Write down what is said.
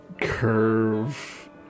curve